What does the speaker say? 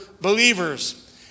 believers